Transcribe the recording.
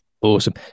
Awesome